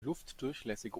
luftdurchlässiger